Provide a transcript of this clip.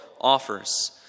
offers